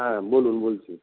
হ্যাঁ বলুন বলছি